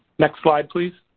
next slide please.